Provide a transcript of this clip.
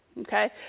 Okay